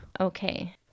okay